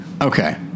Okay